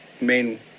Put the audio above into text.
main